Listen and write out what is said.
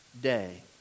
day